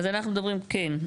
כן,